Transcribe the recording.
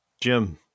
Jim